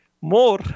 more